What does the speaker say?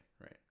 Right